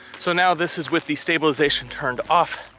so, now this is with the stabilization turned off.